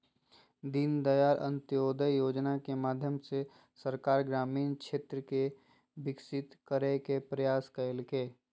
दीनदयाल अंत्योदय योजना के माध्यम से सरकार ग्रामीण क्षेत्र के विकसित करय के प्रयास कइलके